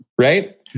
right